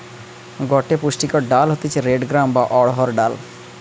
গটে পুষ্টিকর ডাল হতিছে রেড গ্রাম বা অড়হর ডাল